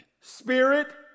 Spirit